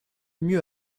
mieux